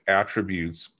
attributes